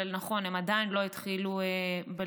אבל נכון, הם עדיין לא התחילו בלימודים.